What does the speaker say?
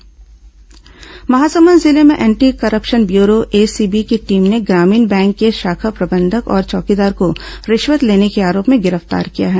ACB छापा महासमुंद जिले में एंटी करप्शन व्यूरो एसीबी की टीम ने ग्रामीण बैंक के शाखा प्रबंधक और चौकीदार को रिश्वत लेने के आरोप में गिरफ्तार किया है